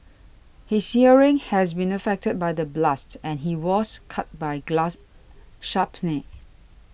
his hearing has been affected by the blast and he was cut by glass shrapnel